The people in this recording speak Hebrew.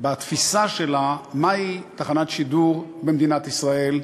בתפיסה שלה מהי תחנת שידור במדינת ישראל,